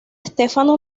stefano